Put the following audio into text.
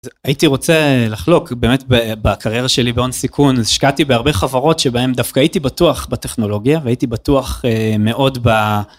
הייתי רוצה לחלוק באמת, בקריירה שלי בהון סיכון השקעתי בהרבה חברות שבהן דווקא הייתי בטוח בטכנולוגיה והייתי בטוח אהה מאוד בה.